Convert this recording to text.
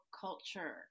culture